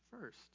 first